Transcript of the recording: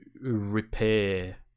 repair